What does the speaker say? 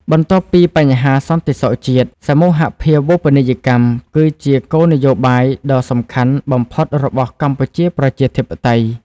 បន្ទាប់ពីបញ្ហាសន្តិសុខជាតិ សមូហភាវូបនីយកម្មគឺជាគោលនយោបាយដ៏សំខាន់បំផុតរបស់កម្ពុជាប្រជាធិបតេយ្យ ។